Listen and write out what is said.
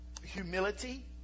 humility